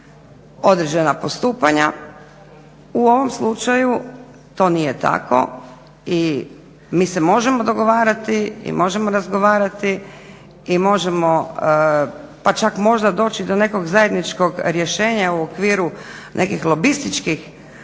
određena postupanja. U ovom slučaju to nije tako i mi se možemo dogovarati i možemo razgovarati i možemo pa čak možda doći do nekog zajedničkog rješenja u okviru nekih lobističkih